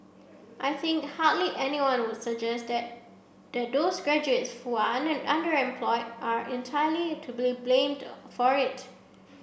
I think hardly anyone would suggest that that those graduates who are underemployed are entirely to be blamed for it